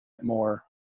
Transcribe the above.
more